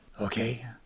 Okay